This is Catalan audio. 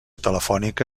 telefònica